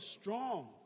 strong